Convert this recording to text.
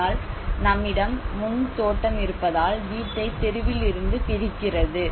ஆனால் நம்மிடம் முன் தோட்டம் இருப்பதால் வீட்டை தெருவில் இருந்து பிரிக்கிறது